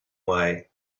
way